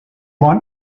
want